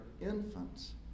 infants